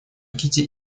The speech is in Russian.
кити